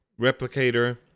replicator